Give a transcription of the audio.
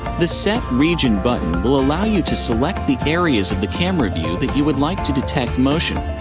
the set region button will allow you to select the areas of the camera view that you would like to detect motion.